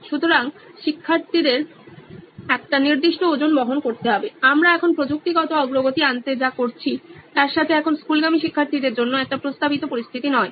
সুতরাং শিক্ষার্থীদের একটি নির্দিষ্ট ওজন বহন করতে হবে আমরা এখন প্রযুক্তিগত অগ্রগতি আনতে যা করছি তার সাথে এখন স্কুলগামী শিক্ষার্থীদের জন্য একটি প্রস্তাবিত পরিস্থিতি নয়